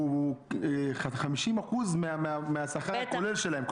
הוא 50% מהשכר הכולל שלהם.